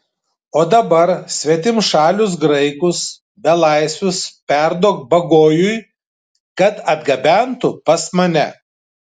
o dabar svetimšalius graikus belaisvius perduok bagojui kad atgabentų pas mane